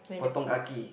Potong kaki